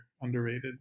underrated